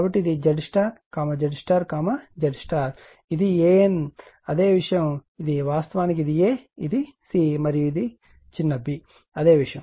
కాబట్టి ఇది ZY ZY ZY ఇది AN అదే విషయం ఇది వాస్తవానికి ఇది a ఇది c మరియు ఇది చిన్న b అదే విషయం